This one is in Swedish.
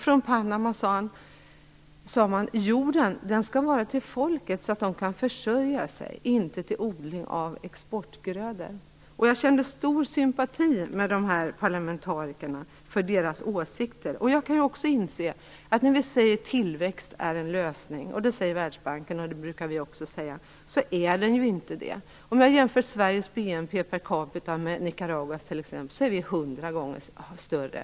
Från Panama sade man: Jorden skall vara till för folket, så att det kan försörja sig, inte för odling av exportgrödor. Jag kände stor sympati för de här parlamentarikernas åsikter. Världsbanken och även vi brukar säga att tillväxt är en lösning, men så är det ju inte. Om vi jämför Sveriges BNP per capita med t.ex. Nicaraguas, finner vi att vår är 100 gånger större.